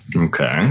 Okay